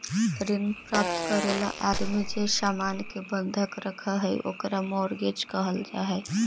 ऋण प्राप्त करे ला आदमी जे सामान के बंधक रखऽ हई ओकरा मॉर्गेज कहल जा हई